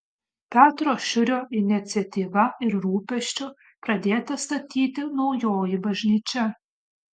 petro šiurio iniciatyva ir rūpesčiu pradėta statyti naujoji bažnyčia